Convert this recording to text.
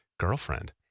girlfriend